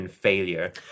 failure